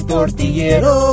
Tortillero